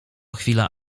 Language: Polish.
chwila